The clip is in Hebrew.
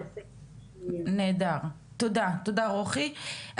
תודה רבה.